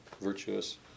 virtuous